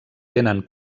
tenen